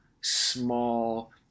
small